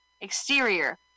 Exterior